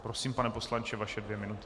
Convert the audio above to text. Prosím, pane poslanče, vaše dvě minuty.